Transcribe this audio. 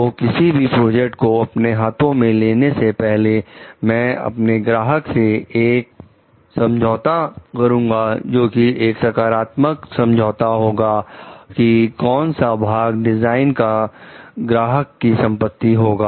तो किसी भी प्रोजेक्ट को अपने हाथों में लेने से पहले मैं अपने ग्राहक से एक समझौते को करूंगा जोकि एक सकारात्मक समझौता होगा कि कौन सा भाग डिजाइन का ग्राहक की संपत्ति होगा